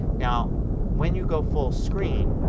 now when you go full screen